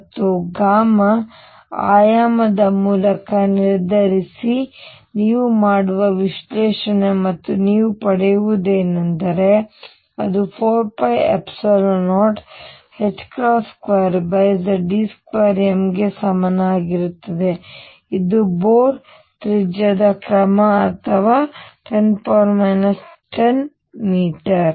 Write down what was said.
ಮತ್ತು ಆಯಾಮದ ಮೂಲಕ ನಿರ್ಧರಿಸಿ ನೀವು ಮಾಡುವ ವಿಶ್ಲೇಷಣೆ ಮತ್ತು ನೀವು ಪಡೆಯುವುದೇನೆಂದರೆ ಅದು4π02Ze2m ಗೆ ಸಮನಾಗಿರುತ್ತದೆ ಇದು ಬೋರ್ ತ್ರಿಜ್ಯದ ಕ್ರಮ ಅಥವಾ10 10 ಮೀಟರ್